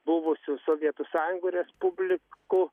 buvusių sovietų sąjungų respublikų